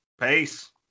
Peace